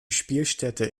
spielstätte